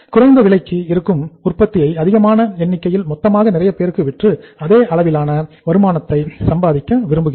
குறைந்த விலைக்கு இருக்கும் உற்பத்தியை அதிகமான எண்ணிக்கையில்மொத்தமாக நிறையபேருக்கு விற்று அதே அளவிலான வருமானத்தை சம்பாதிக்க விரும்புகிறோம்